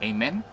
Amen